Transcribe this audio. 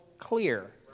clear